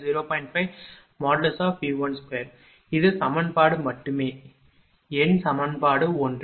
5V12 இது சமன்பாடு மட்டுமே எண் சமன்பாடு 1